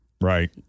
Right